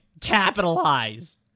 Capitalize